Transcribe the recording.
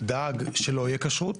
דאג שלא תהיה כשרות.